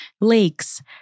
lakes